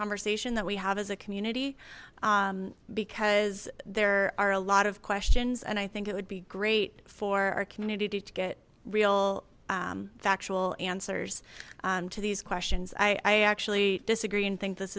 conversation that we have as a community because there are a lot of questions and i think it would be great for our community to get real factual answers to these questions i actually disagree and think this